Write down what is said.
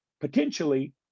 potentially